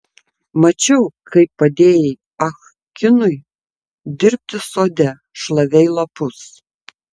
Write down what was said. mačiau kaip padėjai ah kinui dirbti sode šlavei lapus